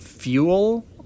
fuel